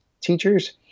teachers